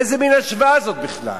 איזה מין השוואה זאת בכלל?